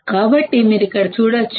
కాబట్టి మీరు ఇక్కడ చూడొచ్చు